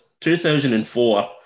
2004